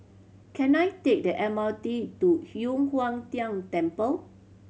can I take the M R T to Yu Huang Tian Temple